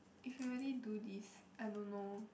if you really do this I don't know